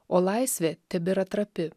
o laisvė tebėra trapi